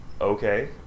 okay